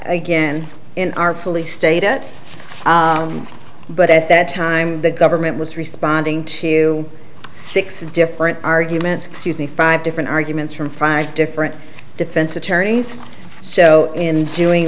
again in our fully state it but at that time the government was responding to six different arguments excuse me five different arguments from five different defense attorneys so in doing